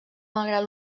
malgrat